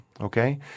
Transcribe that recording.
okay